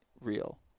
real